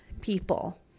people